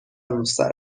روسر